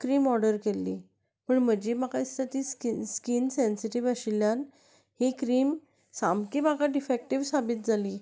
cream order केल्ली पूण म्हजी म्हाका दिसता ती स्कि स्कीन सँसिटीव आशिल्ल्यान ही क्रीम सामकी म्हाका डिफॅक्टीव साबीत जाली